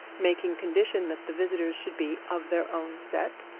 making condition that the visitors should be of their own set,